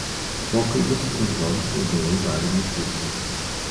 pokalbis su bendrovės vadovu dariumi griciumi